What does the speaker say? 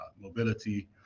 mobility